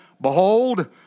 behold